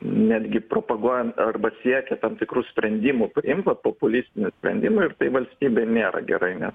netgi propaguojant arba siekia tam tikrų sprendimų priimk va populistinių sprendimų ir tai valstybei nėra gerai nes